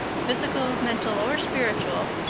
physical, mental or spiritual,